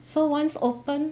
so once open